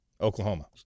Oklahoma